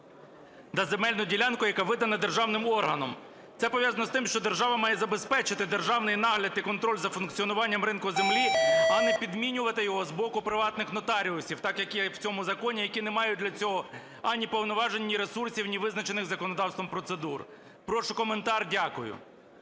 Це пов'язано з тим, що держава має забезпечити державний нагляд і контроль за функціонуванням ринку землі, а не підмінювати його з боку приватних нотаріусів, так, як в цьому законі, які не мають для цього ані повноважень, ні ресурсів, ні визначених законодавством процедур. Прошу коментар. Дякую.